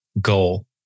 goal